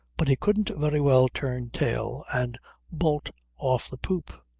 but he couldn't very well turn tail and bolt off the poop.